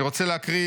אני רוצה להקריא